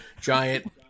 giant